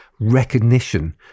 recognition